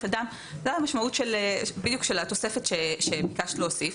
אדם זאת המשמעות בדיוק של התוספת שביקשת להוסיף,